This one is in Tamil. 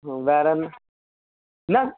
ம் வேறு என் என்ன